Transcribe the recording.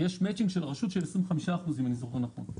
יש מצ'ינג של הרשות של 25%, אם אני זוכר נכון.